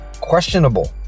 questionable